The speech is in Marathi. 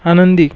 आनंदी